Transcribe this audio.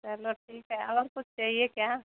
चलो ठीक है और कुछ चाहिए क्या